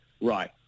right